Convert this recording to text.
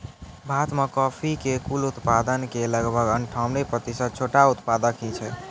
भारत मॅ कॉफी के कुल उत्पादन के लगभग अनठानबे प्रतिशत छोटो उत्पादक हीं छै